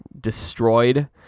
destroyed